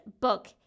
book